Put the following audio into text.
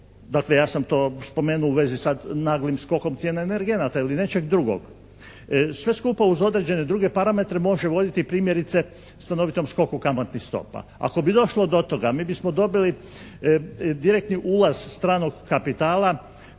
dakle ja sam to spomenuo u vezi sad naglim skokom cijena energenata ili nečeg drugog, sve skupa uz određene druge parametre može voditi primjerice stanovitom skoku kamatnih stopa. Ako bi došlo do toga mi bismo dobili direktni ulaz stranog kapitala